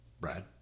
Brad